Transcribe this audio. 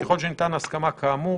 ככל שניתנה ההסכמה כאמור,